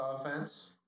offense